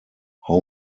how